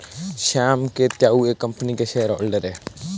श्याम के ताऊ एक कम्पनी के शेयर होल्डर हैं